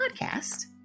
podcast